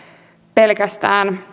pelkästään